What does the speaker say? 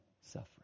suffering